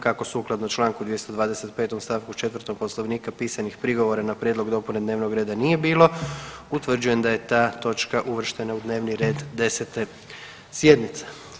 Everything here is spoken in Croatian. Kako sukladno čl. 225. st. 4 Poslovnika pisanih prigovora na prijedlog dopune dnevnog reda nije bilo, utvrđujem da je ta točka uvrštena u dnevni red 10. sjednice.